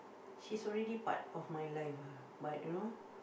she's already part of my life lah but you know